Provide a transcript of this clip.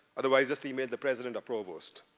otherwise, just email the president or provost.